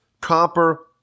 copper